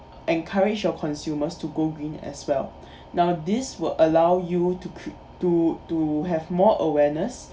encourage your consumers to go green as well now this will allow you to cre~ to to have more awareness